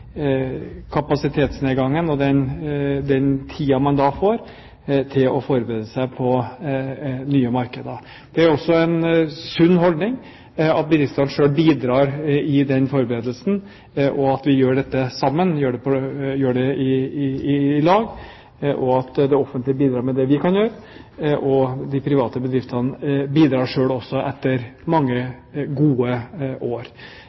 kapasitetsnedgangen og den tiden man da får, til å forberede seg på nye markeder. Det er en sunn holdning at bedriftene selv bidrar i den forberedelsen, og at vi gjør dette sammen, gjør det i lag – at det offentlige bidrar med det de kan gjøre, og at de private bedriftene bidrar selv også etter mange gode år.